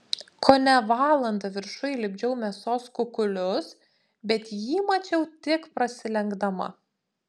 kone valandą viršuj lipdžiau mėsos kukulius bet jį mačiau tik prasilenkdama